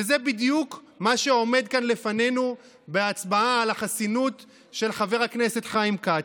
וזה בדיוק מה שעומד כאן לפנינו בהצבעה על החסינות של חבר הכנסת חיים כץ.